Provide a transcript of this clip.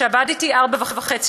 שעבד אתי ארבע שנים וחצי,